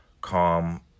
calm